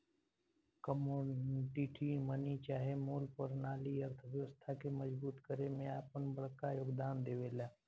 commodity money चाहे मूल परनाली अर्थव्यवस्था के मजबूत करे में आपन बड़का योगदान देवेला